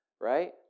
right